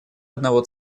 одного